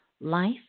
life